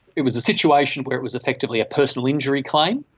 it was a situation where it was effectively a personal injury claim.